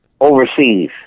overseas